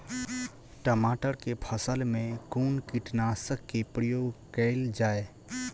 टमाटर केँ फसल मे कुन कीटनासक केँ प्रयोग कैल जाय?